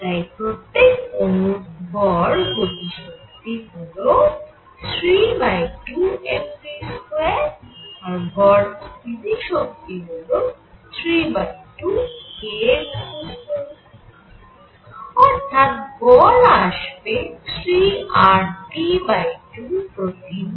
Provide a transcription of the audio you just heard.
তাই প্রত্যেক অণুর গড় গতি শক্তি হল 32mv2 আর গড় স্থিতি শক্তি হল 32kx2 অর্থাৎ গড় আসবে 3RT2 প্রতি মোল